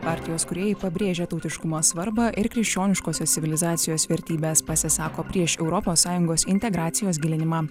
partijos kūrėjai pabrėžia tautiškumo svarbą ir krikščioniškosios civilizacijos vertybes pasisako prieš europos sąjungos integracijos gilinimą